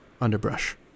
underbrush